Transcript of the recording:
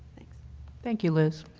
thank thank you, liz.